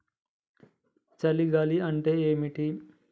చలి గాలి అంటే ఏమిటి?